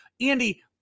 andy